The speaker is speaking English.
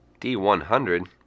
D100